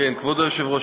כבוד היושב-ראש,